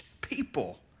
people